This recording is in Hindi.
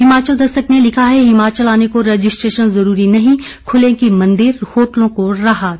हिमाचल दस्तक ने लिखा है हिमाचल आने को रजिस्ट्रेशन जरूरी नहीं खुलेंगे मंदिर होटलों को राहत